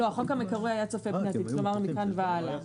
החוק המקורי היה צופה פני עתיד, כלומר מכאן והלאה.